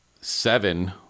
seven